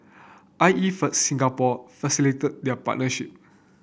I E for Singapore facilitated their partnership